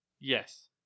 Yes